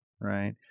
Right